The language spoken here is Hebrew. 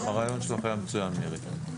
הרעיון שלך היה מצוין, מירי.